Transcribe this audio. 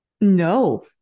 No